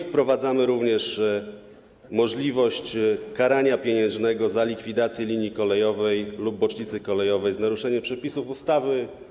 Wprowadzamy również możliwość karania pieniężnego za likwidację linii kolejowej lub bocznicy kolejowej z naruszeniem przepisów ustawy.